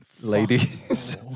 Ladies